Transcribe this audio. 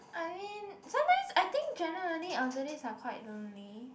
I mean sometimes I think generally elderlies are quite lonely